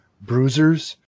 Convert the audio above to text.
bruisers